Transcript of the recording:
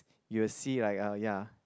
you will see like uh ya